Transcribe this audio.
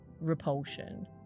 repulsion